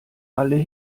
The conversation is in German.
alle